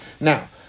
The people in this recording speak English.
Now